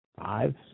Five